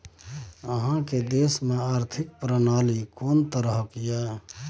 अहाँक देश मे आर्थिक प्रणाली कोन तरहक यै?